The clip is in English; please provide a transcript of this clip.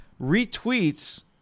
retweets –